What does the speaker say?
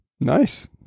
Nice